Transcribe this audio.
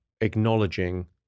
acknowledging